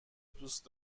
دوست